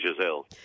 Giselle